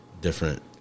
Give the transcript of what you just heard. different